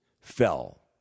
fell